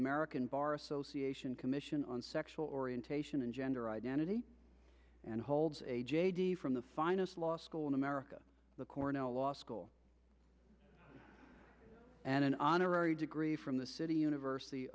american bar association commission on sexual orientation and gender identity and holds a j d from the finest law school in america the cornell law school and an honorary degree from the city university